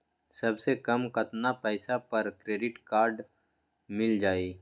सबसे कम कतना पैसा पर क्रेडिट काड मिल जाई?